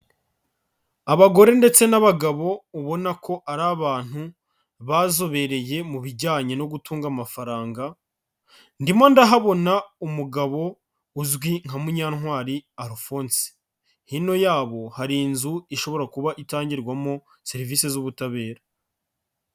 Abagore ndetse n'abagabo ubona ko ari abantu bazobereye mu bijyanye no gutunga amafaranga, ndimo ndahabona umugabo uzwi nka Munyantwari Alphonse. Hino yabo hari inzu ishobora kuba itangirwamo serivisi z'ubutabera.